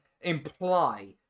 imply